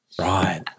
Right